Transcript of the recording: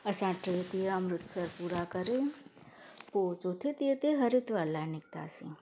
असां टे ॾींहं अमृतसर पूरा करे पोइ चोथे ॾींहं ते हरिद्वार लाइ निकितासीं